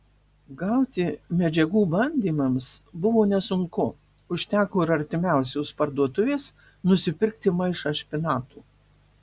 gauti medžiagų bandymams buvo nesunku užteko iš artimiausios parduotuvės nusipirkti maišą špinatų